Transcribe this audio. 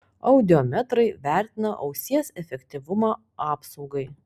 audiometrai vertina ausies efektyvumą apsaugai